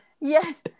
Yes